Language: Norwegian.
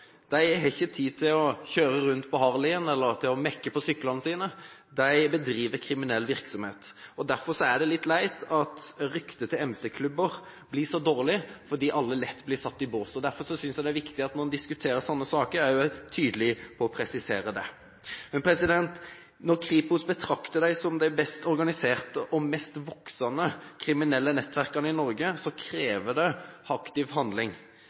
De har ikke tid til å kjøre rundt på Harleyen eller mekke på syklene sine. De bedriver kriminell virksomhet. Det er litt leit at ryktet til MC-klubber blir så dårlig, fordi alle lett blir satt i bås. Derfor synes jeg det er viktig at man diskuterer sånne saker og også er tydelig på å presisere det. Når Kripos betrakter dem som det best organiserte og mestvoksende kriminelle nettverket i Norge, krever det aktiv handling.